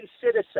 citizen